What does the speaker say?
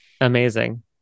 Amazing